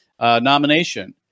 nomination